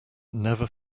never